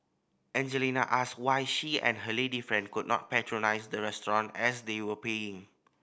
Angelina asked why she and her lady friend could not patronise the restaurant as they were paying